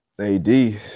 AD